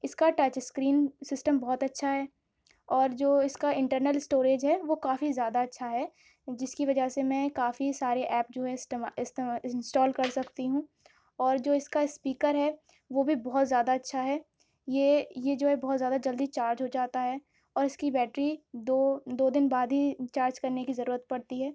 اس کا touch screen system بہت اچھا ہے اور جو اس کا انٹرنل اسٹوریج ہے وہ کافی زیادہ اچھا ہے جس کی وجہ سے میں کافی سارے ایپ جو ہے انسٹال کر سکتی ہوں اور جو اس کا اسپیکر ہے وہ بھی بہت زیادہ اچھا ہے یہ یہ جو ہے بہت زیادہ جلدی چارج ہو جاتا ہے اور اس کی بیٹری دو دو دن بعد ہی چارج کرنے کی ضرورت پڑتی ہے